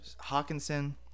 Hawkinson